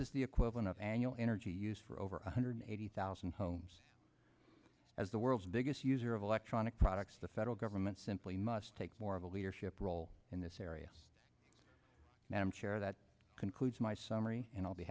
is the equivalent of annual energy use for over one hundred eighty thousand homes as the world's biggest user of electronic products the federal government simply must take more of a leadership role in this area and i'm sure that concludes my summary and i'll be